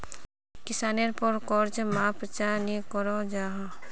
किसानेर पोर कर्ज माप चाँ नी करो जाहा?